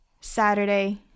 Saturday